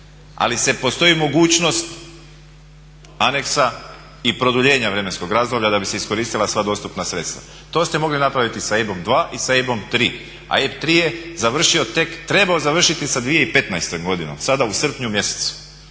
Ali postoji mogućnost aneksa i produljenja vremenskog razdoblja da bi se iskoristila sva dostupna sredstva. To ste mogli napraviti i sa EIB-om 2 i sa EIB-om 3. A EIB 3 je završio, tek trebao završiti sa 2015. godinom, sada u srpnju mjesecu,